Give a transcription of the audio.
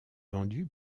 vendu